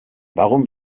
warum